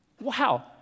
Wow